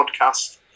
podcast